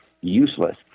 useless